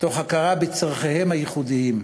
מתוך הכרה בצורכיהם הייחודיים.